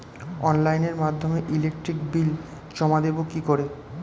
অনলাইনের মাধ্যমে electric bill জমা দেবো কি করে?